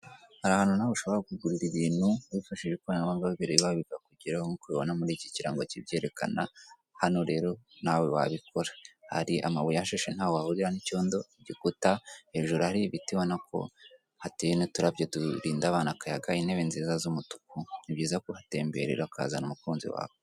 Hari ahantu nawe ushobora kugurira ibintu wifashishije ikoranabuhanga wibereye iwawe bikakugeraho nk'uko ubibona iki kirango kibyerekana, hano rero nawe wabikora, hari amabuye ahashashe ntaho wahurira n'icyondo, igikuta, hejuru hari ibiti ubona ko hateye n'uturabyo turinda abana akayaga, intebe nziza z'umutuku, ni byiza ku hatemberera ukazana umukunzi wawe.